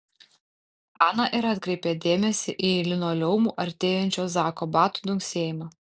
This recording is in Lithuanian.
ana ir atkreipė dėmesį į linoleumu artėjančio zako batų dunksėjimą